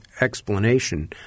explanation